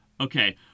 Okay